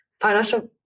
financial